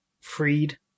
freed